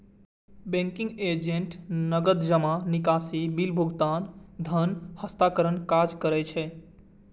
banking agent नकद जमा, निकासी, बिल भुगतान, धन हस्तांतरणक काज करै छै